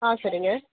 ஆ சரிங்க